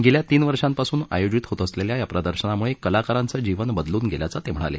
गेल्या तीन वर्षांपासून आयोजित होत असलेल्या या प्रदर्शनामुळे कलाकारांचं जीवन बदलून गेल्याचं ते म्हणाले